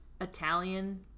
Italian